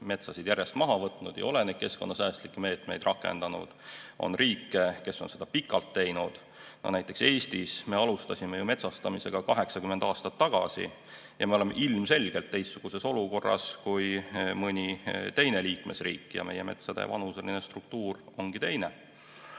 metsa järjest maha võtnud ja ei ole keskkonnasäästlikke meetmeid rakendanud. On riike, kes on seda pikalt teinud. Näiteks Eestis me alustasime ju metsastamist 80 aastat tagasi ja me oleme ilmselgelt teistsuguses olukorras kui mõni teine liikmesriik. Meie metsa vanuseline struktuur ongi teine.